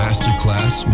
Masterclass